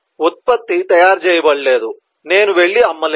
ఉత్పత్తి తయారు చేయబడలేదు నేను వెళ్లి అమ్మలేను